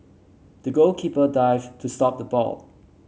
the goalkeeper dived to stop the ball